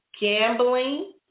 gambling